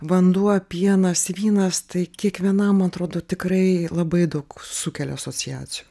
vanduo pienas vynas tai kiekvienam atrodo tikrai labai daug sukelia asociacijų